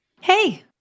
Hey